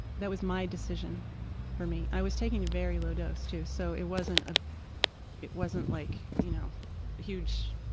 that was my decision for me. i was taking a very low dose too so it wasn't ah it wasn't like you know huge